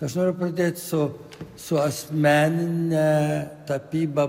aš noriu pradėt su su asmenine tapyba